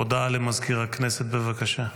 הודעה למזכיר הכנסת, בבקשה.